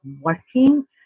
working